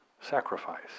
sacrifice